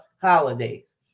holidays